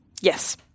Yes